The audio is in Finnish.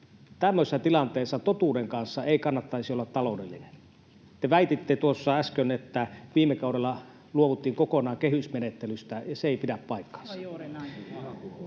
tämmöisessä tilanteessa totuuden kanssa ei kannattaisi olla taloudellinen. Te väititte tuossa äsken, että viime kaudella luovuttiin kokonaan kehysmenettelystä, ja se ei pidä paikkaansa.